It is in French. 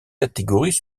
catégories